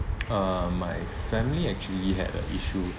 uh my family actually had a issue